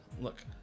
Look